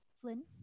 Flynn